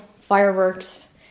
fireworks